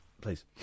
Please